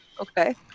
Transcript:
okay